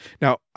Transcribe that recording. Now